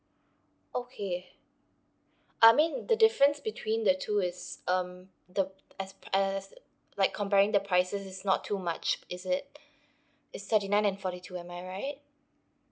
okay I mean the difference between the two is um the as pe~ as like comparing the prices is not too much is it it's thirty nine and forty two am I right